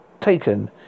taken